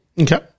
Okay